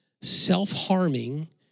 self-harming